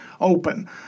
open